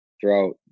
throughout